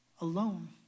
Alone